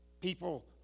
People